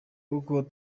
koko